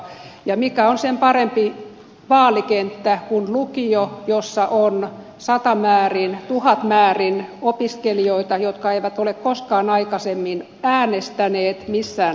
ja mikä on sen parempi vaalikenttä kuin lukio jossa on satamäärin tuhatmäärin opiskelijoita jotka eivät ole koskaan aikaisemmin äänestäneet missään vaaleissa